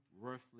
worthless